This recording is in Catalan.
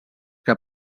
que